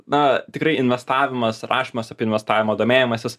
na tikrai investavimas rašymas apie investavimą domėjimasis